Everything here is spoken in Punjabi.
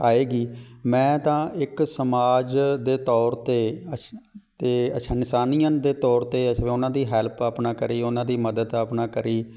ਆਏਗੀ ਮੈਂ ਤਾਂ ਇੱਕ ਸਮਾਜ ਦੇ ਤੌਰ 'ਤੇ ਅਛ ਤੇ ਅੱਛਾ ਇਨਸਾਨੀਅਤ ਦੇ ਤੌਰ 'ਤੇ ਉਹਨਾਂ ਦੀ ਹੈਲਪ ਆਪਣਾ ਕਰੀ ਉਹਨਾਂ ਦੀ ਮਦਦ ਆਪਣਾ ਕਰੀ